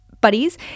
buddies